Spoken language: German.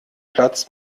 platz